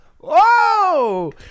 Whoa